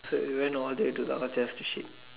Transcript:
so you went all the way to the hotel just to shit